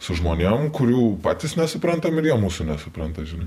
su žmonėm kurių patys nesuprantam ir jie mūsų nesupranta žinai